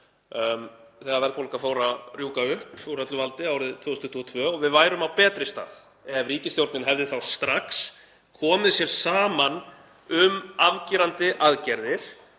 þegar verðbólga fór að rjúka upp úr öllu valdi árið 2022 og við værum á betri stað ef ríkisstjórnin hefði þá strax komið sér saman um afgerandi aðgerðir,